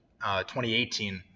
2018